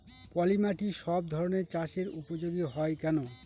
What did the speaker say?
পলিমাটি সব ধরনের চাষের উপযোগী হয় কেন?